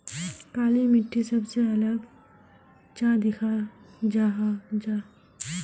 काली मिट्टी सबसे अलग चाँ दिखा जाहा जाहा?